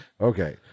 Okay